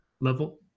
level